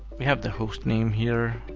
we have the host name here,